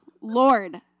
Lord